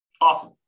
Awesome